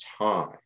time